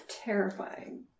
terrifying